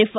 F